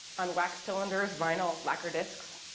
on wax cylinders, vinyl lacquer disks,